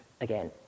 again